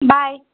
bye